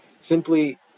Simply